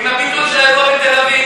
עם הביטול של האירוע בתל-אביב,